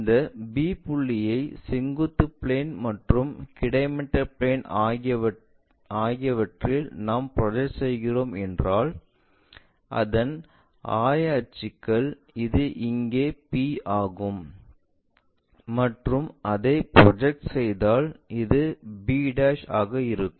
இந்த b புள்ளியை செங்குத்து பிளேன் மற்றும் கிடைமட்ட பிளேன் ஆகியவற்றில் நாம் ப்ரொஜெக்ட் செய்கிறோம் என்றால் அதன் ஆய அச்சுகள் இது இங்கே P ஆகும் மற்றும் அதை ப்ரொஜெக்ட் செய்தால் இது b ஆக இருக்கும்